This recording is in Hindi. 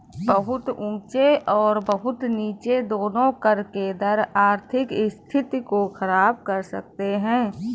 बहुत ऊँचे और बहुत नीचे दोनों कर के दर आर्थिक स्थिति को ख़राब कर सकते हैं